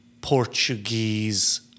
Portuguese